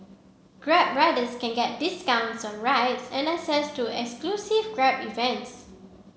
grab riders can get discounts on rides and access to exclusive grab events